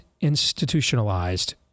institutionalized